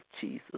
Jesus